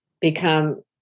become